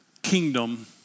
kingdom